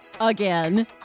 Again